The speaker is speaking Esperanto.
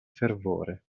fervore